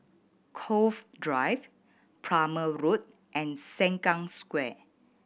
Cove Drive Plumer Road and Sengkang Square